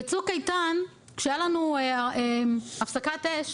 בצוק איתן כשהייתה לנו הפסקת אש,